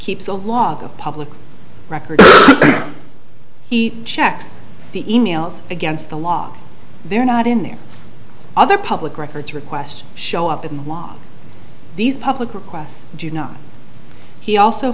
keeps a log of public record he checks the e mails against the law they're not in there other public records request show up in the law these public requests do not he also